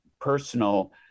personal